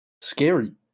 scary